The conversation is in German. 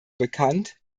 bekannt